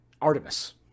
Artemis